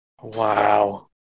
Wow